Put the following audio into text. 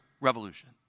revolution